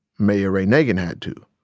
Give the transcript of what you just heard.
mayor ray nagin had to.